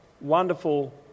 wonderful